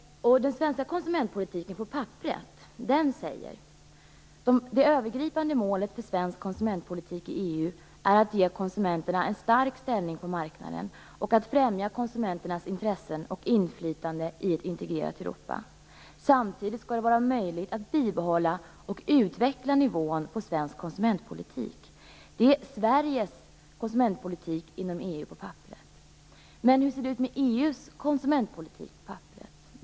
Den svenska konsumentpolitiken på papperet säger: Det övergripande målet för svensk konsumentpolitik i EU är att ge konsumenterna en stark ställning på marknaden och att främja konsumenternas intressen och inflytande i ett integrerat Europa. Samtidigt skall det vara möjligt att bibehålla och utveckla nivån på svensk konsumentpolitik. Det är Sveriges konsumentpolitik inom EU på papperet. Men hur ser det ut med EU:s konsumentpolitik på papperet?